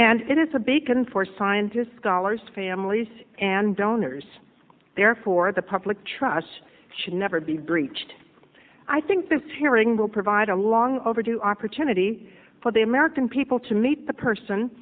mall and it is a big can for scientists scholars families and donors there for the public trust should never be breached i think this hearing will provide a long overdue opportunity for the american people to meet the person